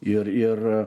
ir ir